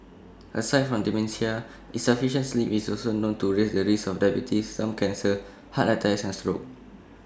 aside from dementia insufficient sleep is also known to raise the risk of diabetes some cancers heart attacks and stroke